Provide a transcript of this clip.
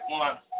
one